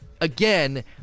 again